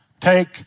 Take